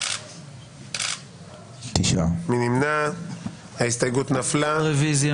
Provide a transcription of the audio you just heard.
9 נמנעים, אין לא אושרה.